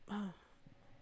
ah